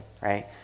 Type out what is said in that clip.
right